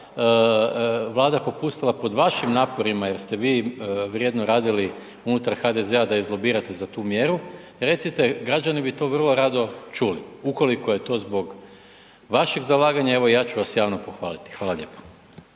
Vlada popustila pod vašim naporima jer ste vi vrijedno radili unutar HDZ-a da izlobirate tu mjeru, recite, građani bi to vrlo rado čuli. Ukoliko je to zbog vašeg zalaganje, evo ja ću vas javno pohvaliti. Hvala lijepo.